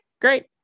great